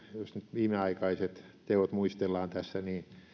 viimeaikaiset teot muistellaan tässä